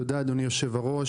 תודה אדוני היושב-ראש.